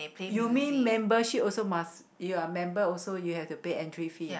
you mean membership also must you are member also you have to pay entry fee ah